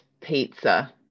pizza